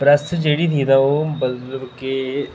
press जेह्ड़ी ही तो ओह् मतलब कि